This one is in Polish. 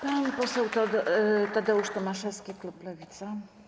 Pan poseł Tadeusz Tomaszewski, klub Lewica.